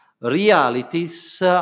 realities